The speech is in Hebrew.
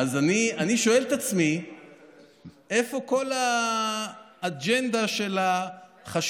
אז אני שואל את עצמי איפה כל האג'נדה של החשיבות,